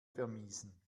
vermiesen